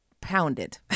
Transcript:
pounded